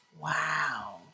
Wow